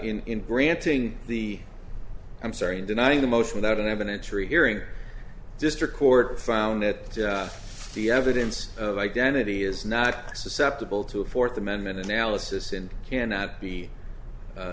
is in granting the i'm sorry in denying the most without an evidentiary hearing district court found that the evidence of identity is not susceptible to a fourth amendment analysis and cannot be